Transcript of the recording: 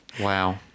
Wow